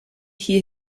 hear